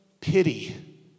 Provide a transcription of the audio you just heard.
pity